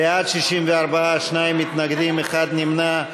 בעד, 64, שניים מתנגדים, אחד נמנע.